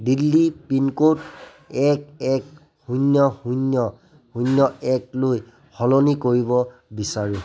Delhi pincode এক এক শূন্য শূন্য শূন্য একলৈ সলনি কৰিব বিচাৰো